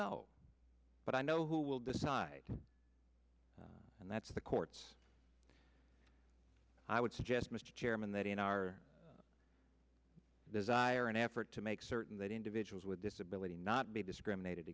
know but i know who will decide and that's the courts i would suggest mr chairman that in our desire an effort to make certain that individuals with disability not be discriminated